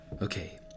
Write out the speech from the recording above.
Okay